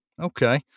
Okay